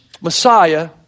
Messiah